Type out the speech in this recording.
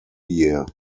year